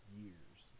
years